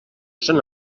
són